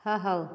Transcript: ହଁ ହେଉ